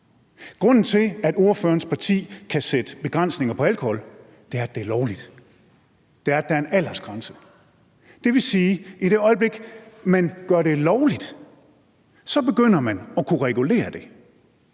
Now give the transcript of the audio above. Grunden til, at ordførerens parti kan sætte begrænsninger på alkohol, er, at det er lovligt, og at der er en aldersgrænse. Det vil sige, at i det øjeblik man gør det lovligt, så begynder man at kunne regulere det.